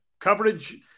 coverage